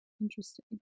Interesting